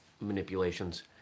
manipulations